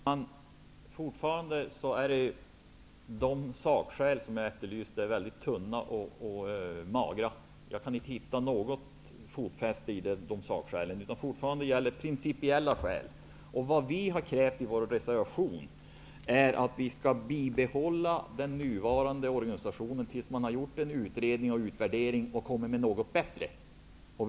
Herr talman! Fortfarande är de sakskäl som jag efterlyste mycket tunna. Jag kan inte få något fotfäste i dem, utan vad som fortfarande gäller är principiella skäl. Vad vi har krävt i vår reservation är att man skall bibehålla den nuvarande organisationen tills man har gjort en utredning och utvärdering och har kommit fram till något som är bättre.